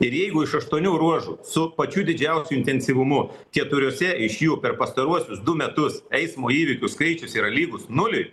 ir jeigu iš aštuonių ruožų su pačiu didžiausiu intensyvumu keturiuose iš jų per pastaruosius du metus eismo įvykių skaičius yra lygus nuliui